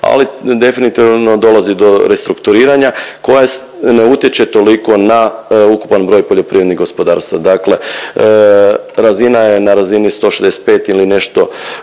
ali definitivno dolazi do restrukturiranja koja ne utječe toliko na ukupan broj poljoprivrednih gospodarstava, dakle razina je, na razini 165 ili nešto